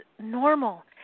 normal